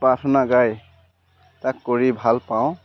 প্ৰাৰ্থনা গায় তাক কৰি ভাল পাওঁ